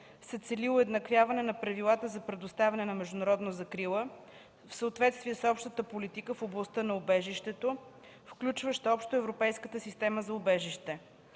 се цели уеднаквяване на правилата за предоставяне на международна закрила в съответствие с общата политика в областта на убежището, включваща Обща европейска система за убежище.